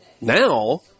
now